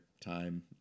time